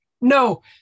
No